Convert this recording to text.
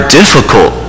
difficult